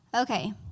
Okay